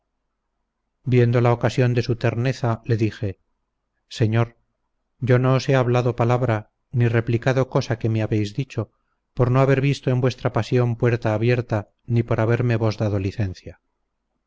viendo la ocasión de su terneza le dije señor yo no os he hablado palabra ni replicado cosa que me habéis dicho por no haber visto en vuestra pasión puerta abierta ni por haberme vos dado licencia